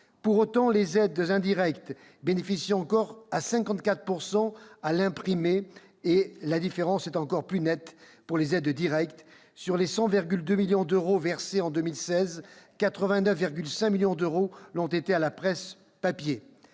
Pour autant, les aides indirectes bénéficient encore à 54 % à l'imprimé, et la différence est encore plus nette pour les aides directes : sur 100,2 millions d'euros versés en 2016, 89,5 millions d'euros l'ont été à la presse papier.